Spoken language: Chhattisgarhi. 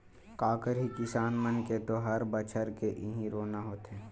का करही किसान मन के तो हर बछर के इहीं रोना होथे